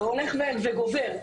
שהולך וגובר.